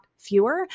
fewer